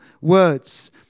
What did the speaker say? words